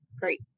great